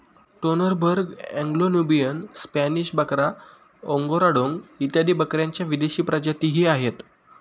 Toggenburg, Anglo Nubian, Spanish बकरा, Angora डोंग इत्यादी बकऱ्यांच्या विदेशी प्रजातीही आहेत